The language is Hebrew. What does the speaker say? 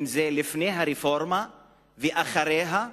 אם זה לפני הרפורמה ואם אחריה,